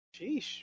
Sheesh